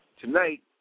Tonight